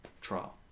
trial